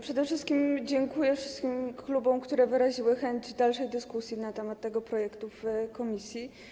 Przede wszystkim dziękuję wszystkim klubom, które wyraziły chęć dalszej dyskusji na temat tego projektu w komisji.